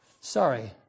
Sorry